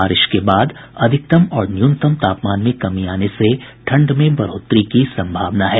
बारिश के बाद अधिकतम और न्यूनतम तापमान में कमी आने से ठंड में बढ़ोतरी की सम्भावना है